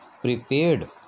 prepared